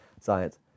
science